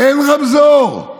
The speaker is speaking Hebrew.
אין רמזור.